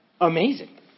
amazing